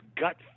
gut